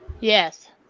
Yes